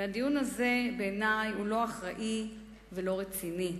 בעיני, הדיון הזה הוא לא אחראי ולא רציני.